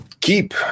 keep